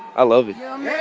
i love it. um yeah